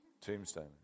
tombstone